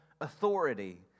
authority